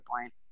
point